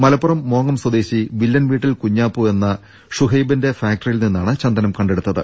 മലപ്പുറം മോങ്ങം സ്വദേശി വില്ലൻ വീട്ടിൽ കുഞ്ഞാപ്പു എന്ന ഷുഹൈ ബിന്റെ ഫാക്ടറിയിൽ നിന്നാണ് ചന്ദനം കണ്ടെടുത്തത്